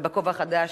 ובכובע החדש,